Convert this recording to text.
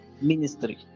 ministry